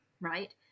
right